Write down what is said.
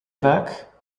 vaak